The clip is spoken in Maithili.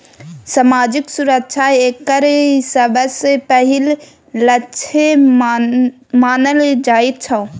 सामाजिक सुरक्षा एकर सबसँ पहिल लक्ष्य मानल जाइत छै